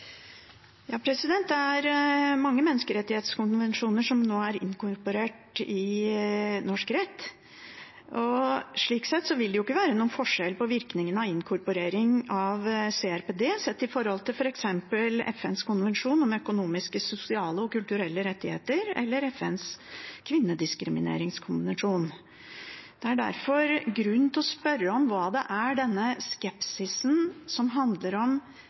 inkorporert i norsk rett. Slik sett vil det jo ikke være noen forskjell på virkningene av inkorporering av CRPD sett i forhold til f.eks. FNs konvensjon om økonomiske, sosiale og kulturelle rettigheter eller FNs kvinnediskrimineringskonvensjon. Det er derfor grunn til å spørre om denne skepsisen som handler om rettighetene til mennesker med funksjonsnedsettelse, og hva det er for noe i kjernen av den som